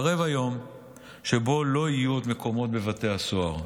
קרב היום שבו לא יהיו עוד מקומות בבתי הסוהר,